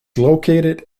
located